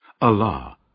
Allah